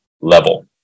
level